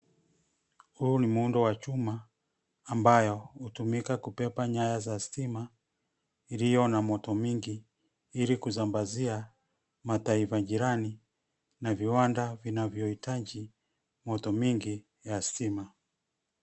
Huu ni muundo wa chuma, ambayo hutumika kubeba nyaya za stima, iliyo na moto mingi, ili kusambazia mataifa jirani, na viwanda vinavyohitaji moto mingi ya stima.